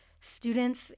students